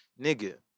nigga